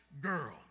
girl